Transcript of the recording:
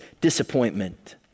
disappointment